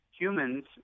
humans